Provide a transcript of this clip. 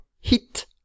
hit